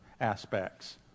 aspects